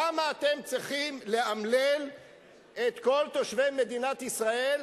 למה אתם צריכים לאמלל את כל תושבי מדינת ישראל,